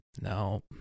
No